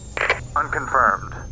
Unconfirmed